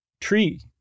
tree